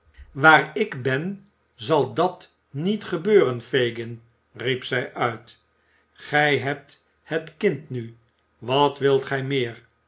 waar ik ben zal dat niet gebeuren fagin riep zij uit gij hebt het kind nu wat wilt gij meer